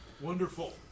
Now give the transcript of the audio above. Wonderful